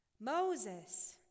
Moses